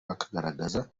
bakagaragaza